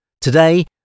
Today